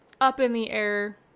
up-in-the-air